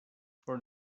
for